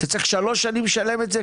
אתה צריך שלוש שנים לשלם את זה,